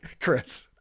Chris